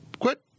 Quit